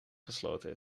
gesloten